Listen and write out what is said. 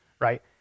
right